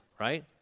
right